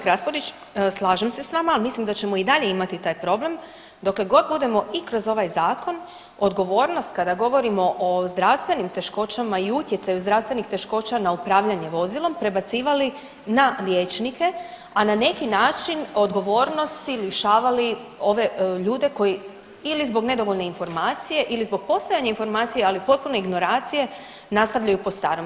Kolegice SElak Raspudić slažem se s vama, ali mislim da ćemo i dalje imati taj problem dokle god budemo i kroz ovaj zakon odgovornost kada govorimo o zdravstvenim teškoćama i utjecaju zdravstvenih teškoća na upravljanje vozilom prebacivali na liječnike, a na neki način odgovornosti lišavali ove ljude koji ili zbog nedovoljne informacije ili zbog postojanja informacija, ali potpune ignorancije nastavljaju po starom.